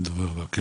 הדובר הבא.